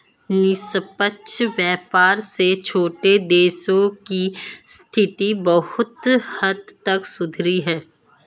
निष्पक्ष व्यापार से छोटे देशों की स्थिति बहुत हद तक सुधरी है